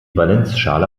valenzschale